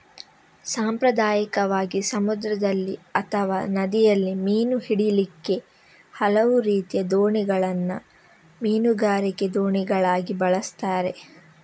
ಸಾಂಪ್ರದಾಯಿಕವಾಗಿ ಸಮುದ್ರದಲ್ಲಿ ಅಥವಾ ನದಿಯಲ್ಲಿ ಮೀನು ಹಿಡೀಲಿಕ್ಕೆ ಹಲವು ರೀತಿಯ ದೋಣಿಗಳನ್ನ ಮೀನುಗಾರಿಕೆ ದೋಣಿಗಳಾಗಿ ಬಳಸ್ತಾರೆ